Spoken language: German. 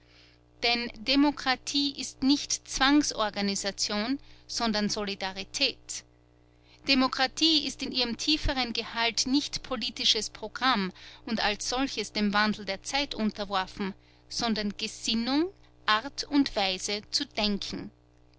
denn demokratie ist nicht zwangsorganisation sondern solidarität demokratie ist in ihrem tieferen gehalt nicht politisches programm und als solches dem wandel der zeit unterworfen sondern gesinnung art und weise zu denken